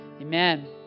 Amen